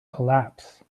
collapse